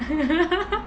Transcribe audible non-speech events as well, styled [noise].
[laughs]